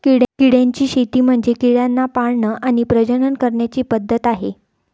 किड्यांची शेती म्हणजे किड्यांना पाळण आणि प्रजनन करण्याची पद्धत आहे